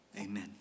Amen